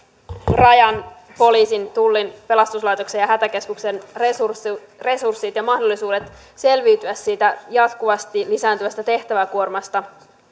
rajan poliisin tullin pelastuslaitosten ja hätäkeskuksen resurssit resurssit ja mahdollisuudet selviytyä siitä jatkuvasti lisääntyvästä tehtäväkuormasta